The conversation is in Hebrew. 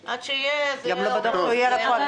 עד שיהיה ייקח זמן.